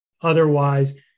Otherwise